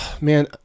Man